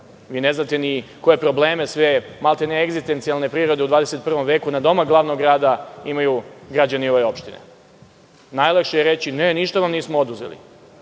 Vi ne znate ni koje probleme, maltene egzistencijalne prirode u 21. veku nadomak glavnog grada imaju građani ove opštine. Najlakše je reći – ne, ništa vam nismo oduzeli,